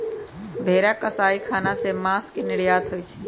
भेरा कसाई ख़ना से मास के निर्यात होइ छइ